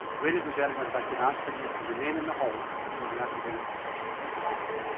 ladies and gentlemen, if i can ask for you to remain in the hall until the academic procession has passed,